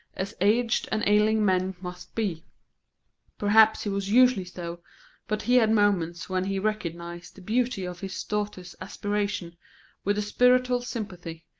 as aged and ailing men must be perhaps he was usually so but he had moments when he recognised the beauty of his daughter's aspiration with a spiritual sympathy,